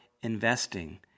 investing